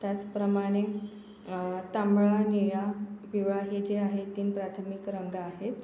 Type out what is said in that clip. त्याचप्रमाणे तांबडा निळा पिवळा हे जे आहे ते प्राथमिक रंग आहेत